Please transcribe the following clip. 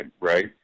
right